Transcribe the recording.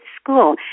school